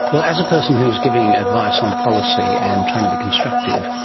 well, as a person who is giving advice on policy and trying to be constructive,